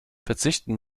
verzichten